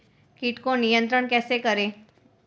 कीट को नियंत्रण कैसे करें?